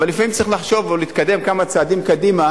אבל לפעמים צריך לחשוב או להתקדם כמה צעדים קדימה